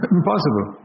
impossible